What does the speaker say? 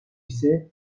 ise